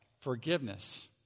forgiveness